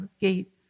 gate